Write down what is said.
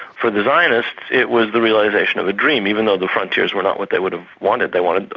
for the zionists it was the realisation of a dream, even though the frontiers were not what they would have wanted, they wanted,